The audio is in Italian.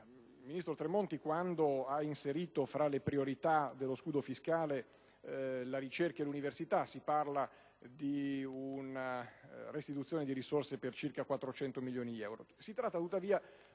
il ministro Tremonti quando ha inserito tra le priorità dello scudo fiscale la ricerca e l'università. Si parla di una restituzione di risorse per circa 400 milioni di euro.